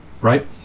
right